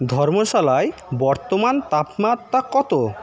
ধর্মশালায় বর্তমান তাপমাত্রা কত